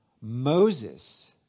Moses